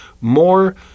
more